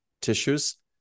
tissues